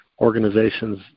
organizations